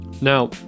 now